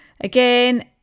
Again